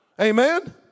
Amen